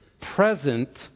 present